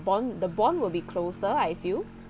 bond the bond will be closer I feel